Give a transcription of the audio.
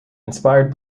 inspired